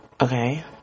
Okay